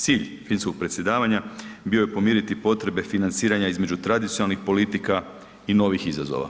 Cilj finskog predsjedavanja bio je podmiriti potrebe financiranja između tradicionalnih politika i novih izazova.